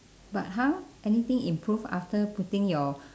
but how anything improve after putting your